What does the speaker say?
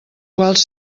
quals